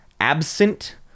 absent